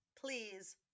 please